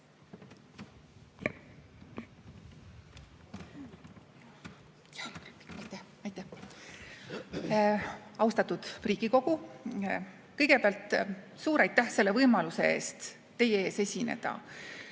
Austatud Riigikogu! Kõigepealt suur aitäh selle võimaluse eest teie ees esineda!